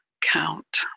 count